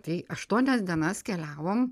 tai aštuonias dienas keliavom